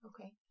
Okay